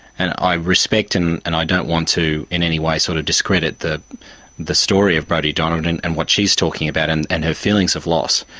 and i respect and i don't want to in any way sort of discredit the the story of brodie donegan and and what she is talking about and and her feelings of loss,